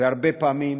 והרבה פעמים